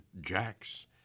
Jack's